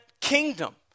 kingdom